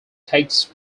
takes